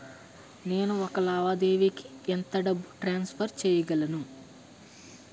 నేను ఒక లావాదేవీకి ఎంత డబ్బు ట్రాన్సఫర్ చేయగలను?